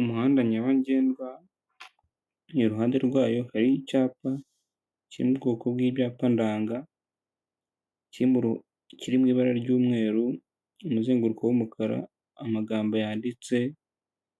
Umuhanda nyabagendwa iruhande rwayo hari icyapa kiri mu bwoko bw'ibyapa ndanga kiri mu ibara ry'umweru, umuzenguruko w'umukara, amagambo yanditse